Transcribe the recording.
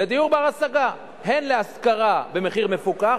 לדיור בר-השגה, הן להשכרה במחיר מפוקח,